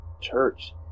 church